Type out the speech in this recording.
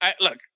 look